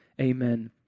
Amen